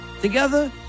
together